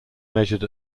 measured